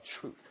truth